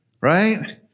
right